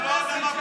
אבל תן לי להשלים.